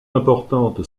importante